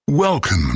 Welcome